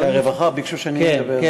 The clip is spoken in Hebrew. בעניין הרווחה ביקשו שאני אדבר.